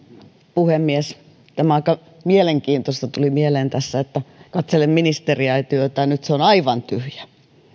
puhemies tämä on aika mielenkiintoista tuli mieleen tässä kun katselen ministeriaitiota että nyt se on aivan tyhjä